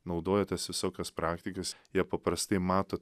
naudoja tas visokias praktikas jie paprastai mato